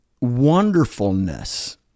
wonderfulness